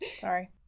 sorry